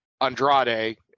Andrade